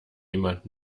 jemand